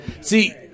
See